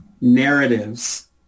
narratives